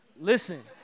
Listen